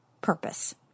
purpose